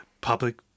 public